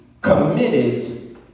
committed